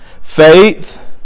Faith